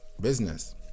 business